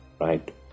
Right